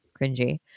cringy